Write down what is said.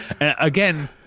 Again